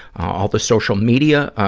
all the social media, ah,